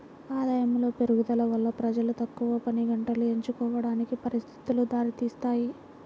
ఆదాయములో పెరుగుదల వల్ల ప్రజలు తక్కువ పనిగంటలు ఎంచుకోవడానికి పరిస్థితులు దారితీస్తాయి